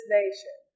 nation